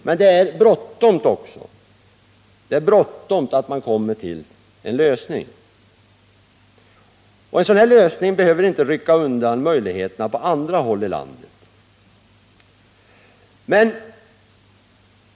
Men det är bråttom när det gäller att komma till en lösning, och en sådan behöver inte rycka undan möjligheterna på andra håll i landet.